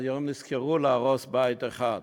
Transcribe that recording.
היום נזכרו להרוס בית אחד,